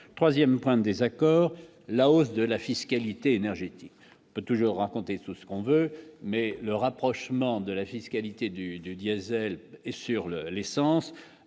3ème point accords la hausse de la fiscalité énergétique peut toujours raconter tout ce qu'on veut mais le rapprochement de la fiscalité du diésel et sur le l'essence